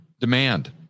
Demand